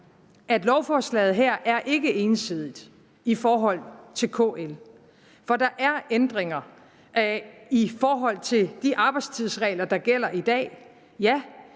at lovforslaget her ikke er ensidigt i forhold til KL. Der er ændringer i forhold til de arbejdstidsregler, der gælder i dag, ja,